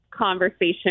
Conversation